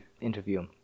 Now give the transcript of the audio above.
interview